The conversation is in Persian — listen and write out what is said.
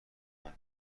مون